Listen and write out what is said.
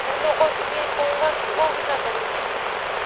मैं लोगों से भी यही कहूँगा कि वो भी ना खरीदें